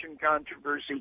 controversy